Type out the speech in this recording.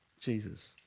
Jesus